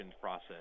process